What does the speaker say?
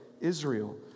Israel